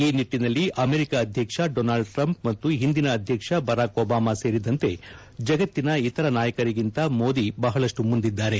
ಈ ನಿಟ್ಟನಲ್ಲಿ ಅಮೆರಿಕಾ ಅಧ್ಯಕ್ಷ ಡೋನಾಲ್ಡ್ ಟ್ರಂಪ್ ಮತ್ತು ಹಿಂದಿನ ಅಧ್ಯಕ್ಷ ಬರಾಕ್ ಬಬಾಮ ಸೇರಿದಂತೆ ಜಗತ್ತಿನ ಇತರ ನಾಯಕರಿಗಿಂತ ಮೋದಿ ಬಹಳಷ್ಟು ಮುಂದಿದ್ದಾರೆ